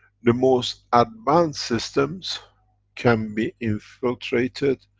the most advanced systems can be infiltrated,